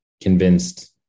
convinced